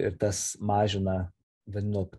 ir tas mažina vandenyno